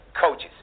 coaches